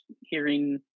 hearing